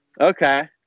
Okay